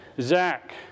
Zach